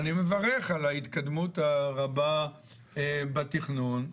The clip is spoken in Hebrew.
אני מברך על ההתקדמות הרבה בתכנון,